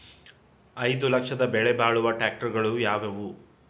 ಐದು ಲಕ್ಷದ ಬೆಲೆ ಬಾಳುವ ಟ್ರ್ಯಾಕ್ಟರಗಳು ಯಾವವು?